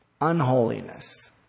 unholiness